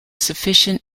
sufficient